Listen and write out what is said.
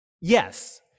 Yes